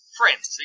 friends